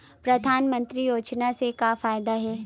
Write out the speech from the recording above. परधानमंतरी योजना से का फ़ायदा हे?